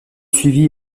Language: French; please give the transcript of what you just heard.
suivi